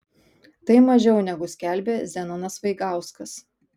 tai mažiau negu skelbė zenonas vaigauskas